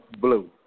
Blue